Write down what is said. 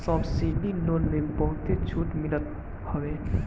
subsidy loan में बहुते छुट मिलत हवे